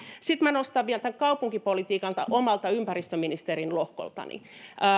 sitten minä nostan vielä tämän kaupunkipolitiikan omalta ympäristöministerin lohkoltani